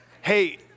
hey